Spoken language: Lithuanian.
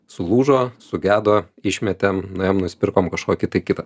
sulūžo sugedo išmetėm nuėjom nusipirkom kažkokį tai kitą